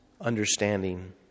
understanding